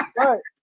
right